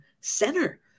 center